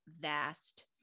vast